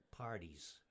parties